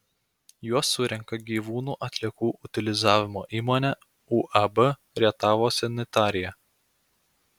juos surenka gyvūnų atliekų utilizavimo įmonė uab rietavo sanitarija